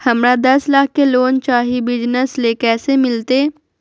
हमरा दस लाख के लोन चाही बिजनस ले, कैसे मिलते?